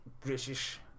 British